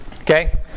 Okay